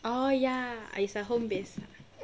oh ya I is like home base